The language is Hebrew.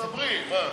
נו, דברי, מה.